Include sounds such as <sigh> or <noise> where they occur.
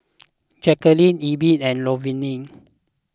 <noise> Jacquelin Elby and Lavonne